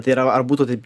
tai yra ar būtų tai